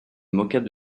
moquât